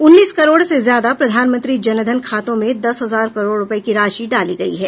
उन्नीस करोड़ से ज्यादा प्रधानमंत्री जन धन खातों में दस हजार करोड़ रुपये की राशि डाली गई है